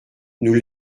nous